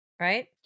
right